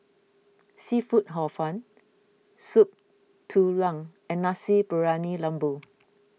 Seafood Hor Fun Soup Tulang and Nasi Briyani Lembu